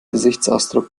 gesichtsausdruck